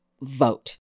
vote